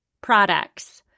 products